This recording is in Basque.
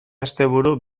asteburu